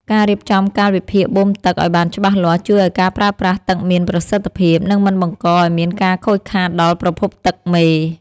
ការរៀបចំកាលវិភាគបូមទឹកឱ្យបានច្បាស់លាស់ជួយឱ្យការប្រើប្រាស់ទឹកមានប្រសិទ្ធភាព និងមិនបង្កឱ្យមានការខូចខាតដល់ប្រភពទឹកមេ។